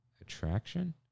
attraction